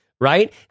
right